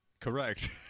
correct